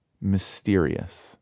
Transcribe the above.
mysterious